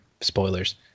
Spoilers